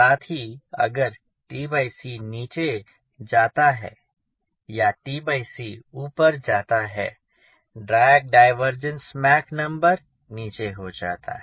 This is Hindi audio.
साथ ही अगर नीचे जाता या ऊपर जाता है ड्रैग डिवेर्जेंस मॉक नंबर नीचे ही जाता है